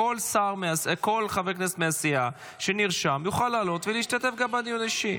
כל חבר כנסת מהסיעה שנרשם יוכל להעלות ולהשתתף בדיון האישי.